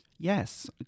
Yes